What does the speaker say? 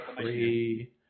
Three